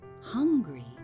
hungry